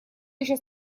еще